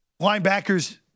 Linebackers